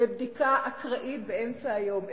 בבדיקה אקראית באמצע היום.